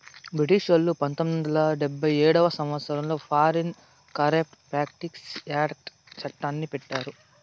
బ్రిటిషోల్లు పంతొమ్మిది వందల డెబ్భై ఏడవ సంవచ్చరంలో ఫారిన్ కరేప్ట్ ప్రాక్టీస్ యాక్ట్ చట్టాన్ని పెట్టారు